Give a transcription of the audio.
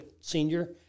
senior